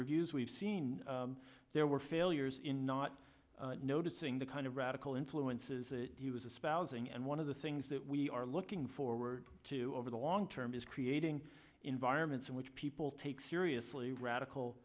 reviews we've seen there were failures in not noticing the kind of radical influences that he was a spouse and one of the things that we are looking forward to over the long term is creating environments in which people take seriously radical